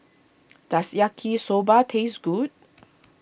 does Yaki Soba taste good